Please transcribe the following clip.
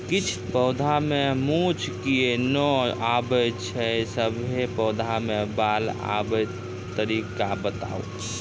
किछ पौधा मे मूँछ किये नै आबै छै, सभे पौधा मे बाल आबे तरीका बताऊ?